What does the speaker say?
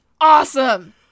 awesome